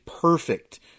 perfect